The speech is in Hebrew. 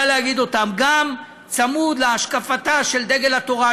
להגיד אותם גם צמוד להשקפתה של דגל התורה,